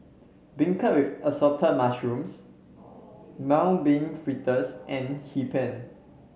beancurd with Assorted Mushrooms Mung Bean Fritters and Hee Pan